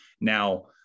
Now